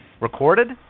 Recorded